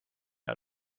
out